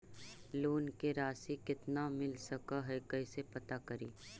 Loan के रासि कितना मिल सक है कैसे पता करी?